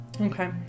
okay